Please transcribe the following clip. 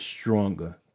stronger